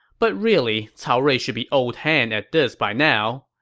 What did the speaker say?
but really, cao rui should be old hand at this by now.